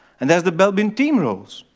and there's the belbin team roles.